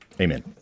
Amen